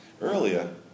earlier